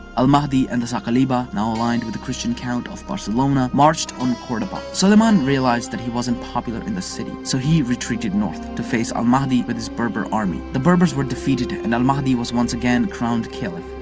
al-mahdi and the saqaliba, now aligned with the christian count of barcelona, marched on cordoba. sulayman realized that he wasn't popular in the city so he retreated north to face al-mahdi with his berber army. the berbers were defeated and al-mahdi was once again, crowned caliph.